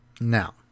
Now